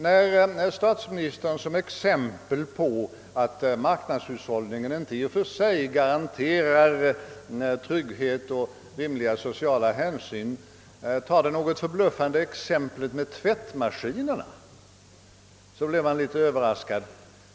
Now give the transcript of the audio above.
När statsministern som exempel på att marknadshushållningen i och för sig inte garanterar trygghet och rimliga sociala hänsyn framhöll förhållandet med tvättmaskinerna blev jag en smula överraskad.